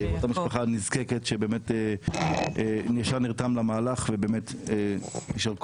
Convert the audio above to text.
אותה משפחה נזקקת שהוא ישר נרתם למהלך ,ובאמת ישר כוח.